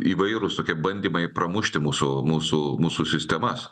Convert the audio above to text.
įvairūs bandymai pramušti mūsų mūsų mūsų sistemas